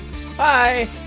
hi